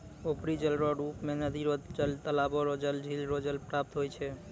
उपरी जलरो रुप मे नदी रो जल, तालाबो रो जल, झिल रो जल प्राप्त होय छै